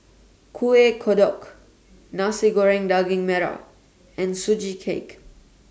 Kuih Kodok Nasi Goreng Daging Merah and Sugee Cake